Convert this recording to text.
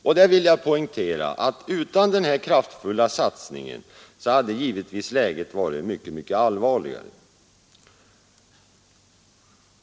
Och jag vill poängtera att utan den kraftfulla satsningen hade läget varit mycket allvarligare.